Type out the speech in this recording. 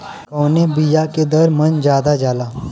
कवने बिया के दर मन ज्यादा जाला?